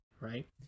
right